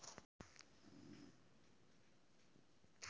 मुर्रा नस्ल की भैंस एक दिन में कितना लीटर दूध दें सकती है?